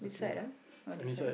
which side ah or this side